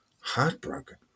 Heartbroken